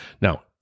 Now